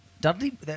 Dudley